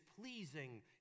pleasing